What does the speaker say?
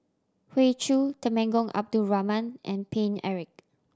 Hoey Choo Temenggong Abdul Rahman and Paine Eric